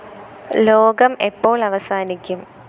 ലോകം എപ്പോൾ അവസാനിക്കും